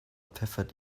pfeffert